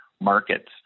markets